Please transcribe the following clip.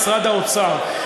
משרד האוצר.